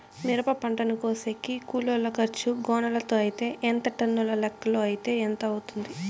మిరప పంటను కోసేకి కూలోల్ల ఖర్చు గోనెలతో అయితే ఎంత టన్నుల లెక్కలో అయితే ఎంత అవుతుంది?